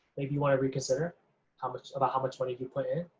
maybe you want to reconsider how much, about how much money you put in?